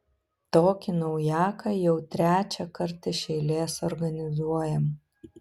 tokį naujaką jau trečiąkart iš eilės organizuojam